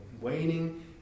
waning